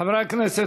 חברי הכנסת,